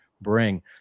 bring